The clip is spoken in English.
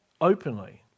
openly